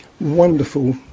wonderful